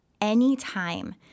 anytime